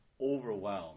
overwhelmed